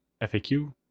FAQ